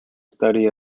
study